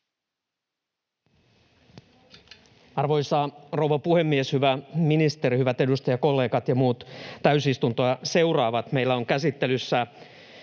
Arvoisa rouva puhemies! Hyvä ministeri, hyvät edustajakollegat ja muut täysistuntoa seuraavat! Meillä on käsittelyssä